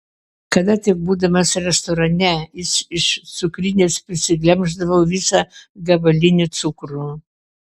kada tik būdamas restorane jis iš cukrinės pasiglemždavo visą gabalinį cukrų